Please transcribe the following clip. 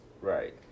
Right